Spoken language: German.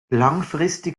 langfristig